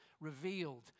Revealed